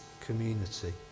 community